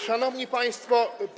Szanowni Państwo!